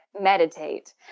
meditate